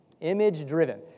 Image-driven